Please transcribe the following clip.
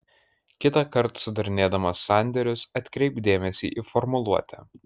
kitąkart sudarinėdamas sandėrius atkreipk dėmesį į formuluotę